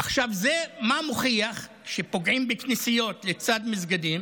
עכשיו, מה זה מוכיח, שפוגעים בכנסיות לצד מסגדים?